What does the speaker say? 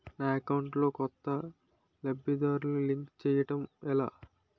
నా అకౌంట్ లో కొత్త లబ్ధిదారులను లింక్ చేయటం ఎలా?